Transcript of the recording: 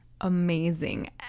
amazing